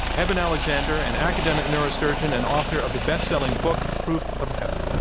eben alexander, an academic neurosurgeon and author of the bestselling book, proof of heaven.